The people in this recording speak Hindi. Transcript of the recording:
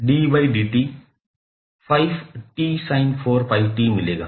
तो आपको 𝑑𝑑𝑡5𝑡sin4𝜋𝑡 मिलेगा